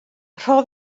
rho